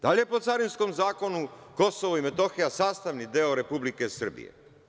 Da li je po Carinskom zakonu Kosovo i Metohija sastavni deo Republike Srbije?